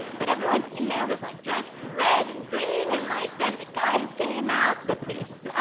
but everyone in there was like dressed in red and green. and like then the guys came out, the priests.